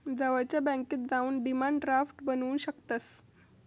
जवळच्या बॅन्केत जाऊन डिमांड ड्राफ्ट बनवू शकतंस